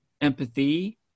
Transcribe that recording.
empathy